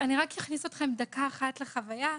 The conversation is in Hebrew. אני רק אכניס אתכם דקה אחת לחוויה.